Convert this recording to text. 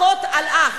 אחות על אח,